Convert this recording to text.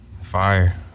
Fire